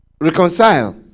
Reconcile